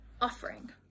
offering